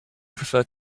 prefer